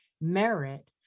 merit